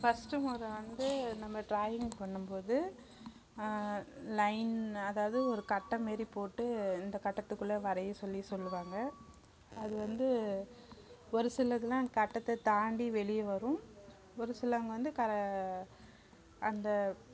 first முறை வந்து நம்ம ட்ராயிங் பண்ணும்போது லையின் அதாவது ஒரு கட்டம் மாரி போட்டு இந்த கட்டத்துக்குள்ளே வரைய சொல்லி சொல்லுவாங்க அது வந்து ஒரு சிலதுலாம் கட்டத்தை தாண்டி வெளியே வரும் ஒரு சிலவங்க வந்து கர அந்த